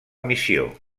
missió